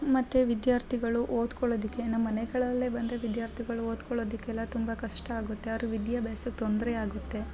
ಮತ್ತು ವಿದ್ಯಾರ್ಥಿಗಳು ಓದ್ಕೊಳ್ಳೋದಕ್ಕೆ ನಮ್ಮ ಮನೆಗಳಲ್ಲೇ ಬಂದರೆ ವಿದ್ಯಾರ್ಥಿಗಳು ಓದ್ಕೊಳ್ಳೋದಕ್ಕೆಲ್ಲ ತುಂಬ ಕಷ್ಟ ಆಗುತ್ತೆ ಅವ್ರ ವಿದ್ಯಾಭ್ಯಾಸಕ್ಕೆ ತೊಂದರೆ ಆಗುತ್ತೆ